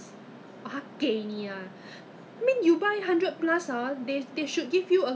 ah oh dear 幸亏我问你 leh otherwise ah anyhow use ah see ah 我都忘记 leh